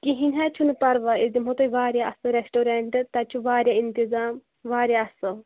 کہینۍ حظ چھُنہٕ پرواے أسۍ دِمہو تۄہہ واریاہ اصل ریٚسٹورنٹ تَتہِ چھُ واریاہ اِنتِظام واریاہ اصل